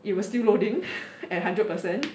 it was still loading at hundred percent